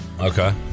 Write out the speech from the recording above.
Okay